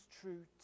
true